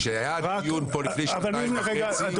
כשהיה דיון פה לפני שנתיים וחצי.